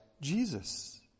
Jesus